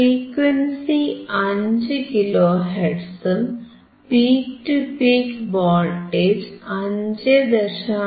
frequency 5 kilo ഹെർട്സും peak to peak voltage 5